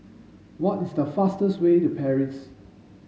what is the fastest way to Paris